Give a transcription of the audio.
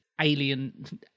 alien